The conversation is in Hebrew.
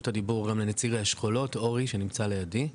הדיבור גם לנציג האשכולות אורי שנמצא לידי.